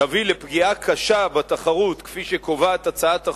תביא לפגיעה קשה בתחרות, כפי שקובעת הצעת החוק,